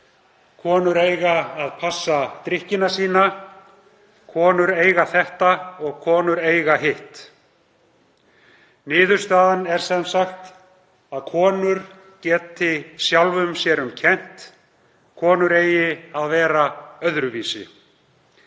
konur eiga að passa drykkina sína, konur eiga þetta og konur eiga hitt. Niðurstaðan er sem sagt að konur geti sjálfum sér um kennt, konur eigi að vera öðruvísi.